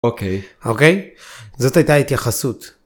אוקיי אוקיי זאת הייתה התייחסות.